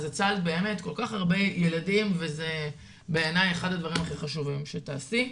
אז הצלת באמת כל כך הרבה ילדים וזה בעיני אחד הדברים הכי חשובים שתעשי.